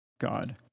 God